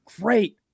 great